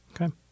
Okay